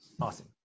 Awesome